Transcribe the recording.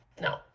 No